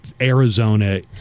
Arizona